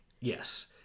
Yes